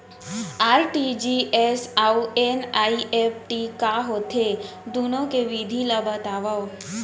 RTGS अऊ NEFT का होथे, दुनो के विधि ला बतावव